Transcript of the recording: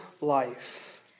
life